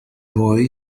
boy